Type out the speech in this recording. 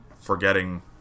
forgetting